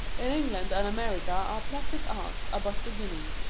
in england and america our plastic arts are but beginning.